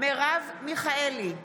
מרב מיכאלי,